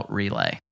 relay